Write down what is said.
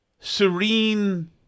serene